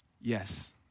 Yes